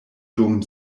dum